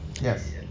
yes